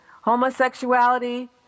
Homosexuality